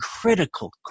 critical